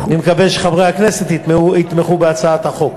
אני מקווה שחברי הכנסת יתמכו בהצעת החוק.